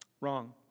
Wrong